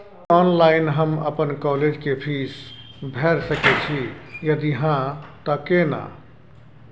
की online हम अपन college के फीस भैर सके छि यदि हाँ त केना?